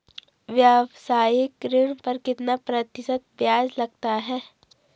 व्यावसायिक ऋण पर कितना प्रतिशत ब्याज लगता है?